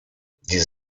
die